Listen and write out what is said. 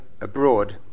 abroad